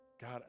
God